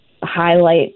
highlight